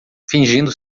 fingindo